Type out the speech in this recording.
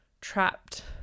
trapped